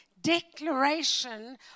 declaration